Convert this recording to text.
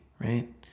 right